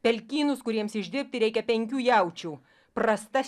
pelkynus kuriems išdirbti reikia penkių jaučių prastas